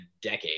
decade